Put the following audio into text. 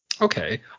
Okay